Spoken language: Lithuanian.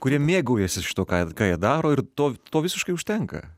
kurie mėgaujasi šituo ką jie ką jie daro ir to to visiškai užtenka